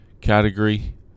category